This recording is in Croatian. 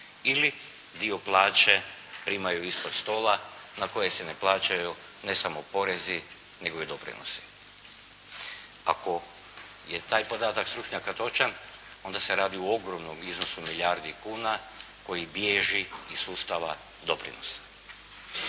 ili dio plaće primaju ispod stola na koje se ne plaćaju ne samo porezi nego i doprinosi. Ako je taj podatak stručnjaka točan onda se radi o ogromnom iznosu milijardi kuna koji bježi iz sustava doprinosa.